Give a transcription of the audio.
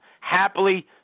happily